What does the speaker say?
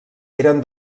eren